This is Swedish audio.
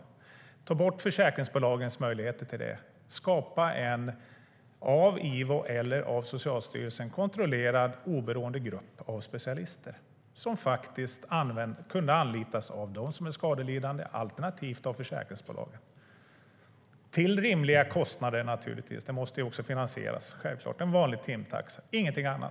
Låt oss ta bort försäkringsbolagens möjligheter till det. Låt oss skapa en av Ivo eller av Socialstyrelsen kontrollerad oberoende grupp av specialister som kan anlitas av de skadelidande alternativt av försäkringsbolagen, naturligtvis till rimliga kostnader. Självklart måste det finansieras. En vanlig timtaxa bör gälla, ingenting annat.